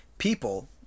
people